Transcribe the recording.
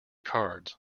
cards